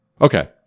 Okay